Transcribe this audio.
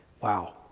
Wow